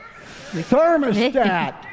thermostat